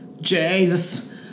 Jesus